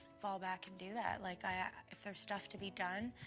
fall back and do that. like, i if there's stuff to be done,